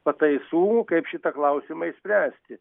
pataisų kaip šitą klausimą išspręsti